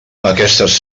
aquestes